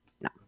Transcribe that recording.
No